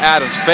Adams